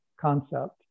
concept